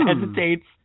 hesitates